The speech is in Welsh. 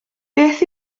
beth